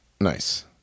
Nice